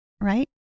right